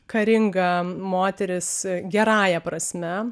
karinga moteris gerąja prasme